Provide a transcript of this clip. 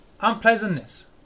Unpleasantness